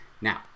Now